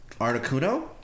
Articuno